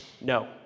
no